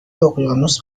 اقیانوس